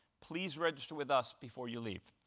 please register with us before you leave.